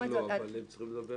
על הדרך לא, אבל הם צריכים לדווח.